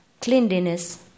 cleanliness